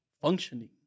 functioning